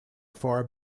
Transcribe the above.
far